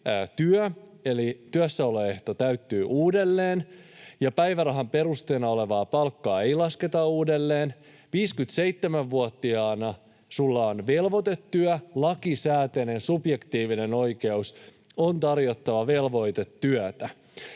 työssäoloehto täyttyy uudelleen, ja päivärahan perusteena olevaa palkkaa ei lasketa uudelleen; 57-vuotiaana sinulla on velvoitetyö, lakisääteinen subjektiivinen oikeus, on tarjottava velvoitetyötä;